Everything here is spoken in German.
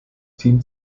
team